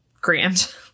grand